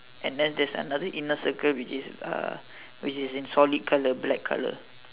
and then there's another inner circle which is uh which is in solid colour black colour